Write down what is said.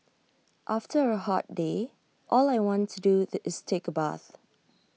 after A hot day all I want to do the is take A bath